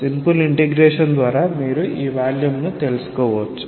simple integration ద్వారా మీరు ఈ వాల్యూమ్ను తెలుసుకోవచ్చు